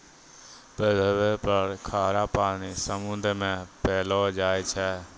पृथ्वी पर खारा पानी समुन्द्र मे पैलो जाय छै